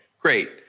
great